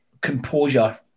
composure